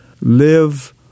live